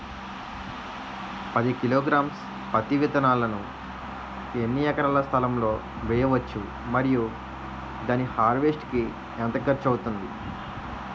పది కిలోగ్రామ్స్ పత్తి విత్తనాలను ఎన్ని ఎకరాల స్థలం లొ వేయవచ్చు? మరియు దాని హార్వెస్ట్ కి ఎంత ఖర్చు అవుతుంది?